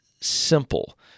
simple